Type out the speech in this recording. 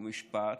חוק ומשפט,